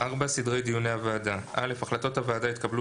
סדרי דיוני הוועדה החלטות הוועדה יתקבלו